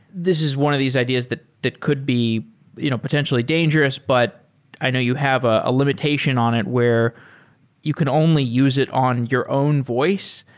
this is one of these ideas that that could be you know potentially dangerous, but i know you have a limitation on it, where you can only use it on your own voice.